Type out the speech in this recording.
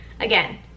again